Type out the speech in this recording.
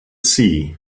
sea